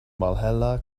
malhela